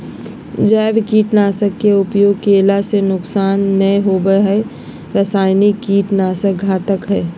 जैविक कीट नाशक के उपयोग कैला से नुकसान नै होवई हई रसायनिक कीट नाशक घातक हई